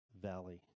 valley